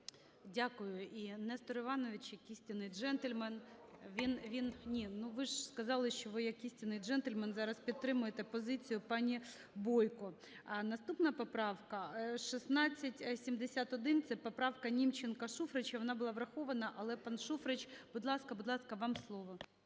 Дякую. І Нестор Іванович як істинний джентльмен, він… Ні, ну, ви ж сказали, що ви як істинний джентльмен зараз підтримуєте позицію пані Бойко. Наступна поправка – 1671, це поправкаНімченка-Шуфрича, вона була врахована. Але, пан Шуфрич, будь ласка, будь ласка, вам слово.